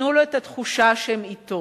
נתנו לו את התחושה שהם אתו.